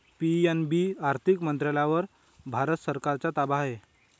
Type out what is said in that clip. PNB आर्थिक मंत्रालयावर भारत सरकारचा ताबा आहे